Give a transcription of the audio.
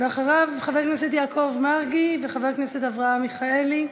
אחריו חבר הכנסת יעקב מרגי וחבר הכנסת אברהם מיכאלי,